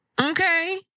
Okay